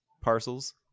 parcels